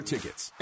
Tickets